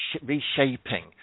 reshaping